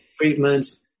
Treatments